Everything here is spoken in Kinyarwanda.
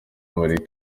muri